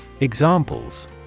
Examples